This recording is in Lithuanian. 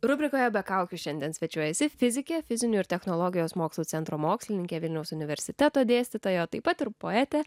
rubrikoje be kaukių šiandien svečiuojasi fizikė fizinių ir technologijos mokslų centro mokslininkė vilniaus universiteto dėstytoja taip pat ir poetė